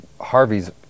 Harvey's